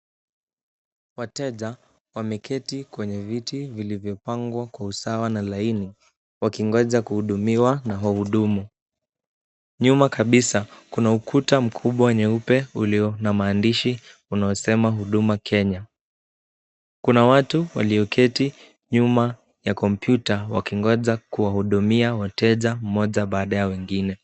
Wateja wameketi kwenye viti vilivyopangwa kwa usawa na laini wakingoja kuhudumiwa na wahudumu. Nyuma kabisa kuna ukuta mkubwa nyeupe ulio na maandishi unaosema huduma Kenya. Kuna watu walioketi nyuma ya kompyuta wakingoja kuwahudumia wateja mmoja baada ya wengine.